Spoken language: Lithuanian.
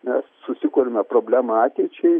mes susikuriame problemą ateičiai